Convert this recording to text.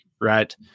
right